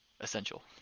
essential